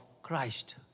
Christ